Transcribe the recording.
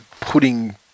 putting